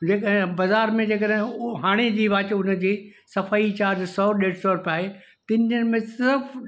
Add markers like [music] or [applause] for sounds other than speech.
जेकरे बाज़ारि में जेकरे उ हाणे जी वॉच उनजी सफ़ाई चार्ज सौ ॾेढ सौ रुपे आहे [unintelligible] सिर्फ़ु